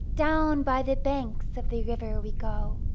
down by the banks of the river we go.